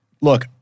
look